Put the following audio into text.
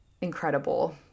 incredible